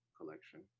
collection